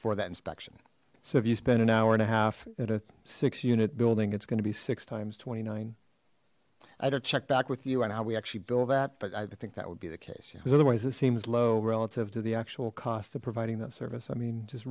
for that inspection so have you spent an hour and a half at a six unit building it's gonna be six times twenty nine i don't check back with you and how we actually bill that but i think that would be the case yes otherwise this seems low relative to the actual cost of providing that service i mean just